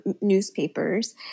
newspapers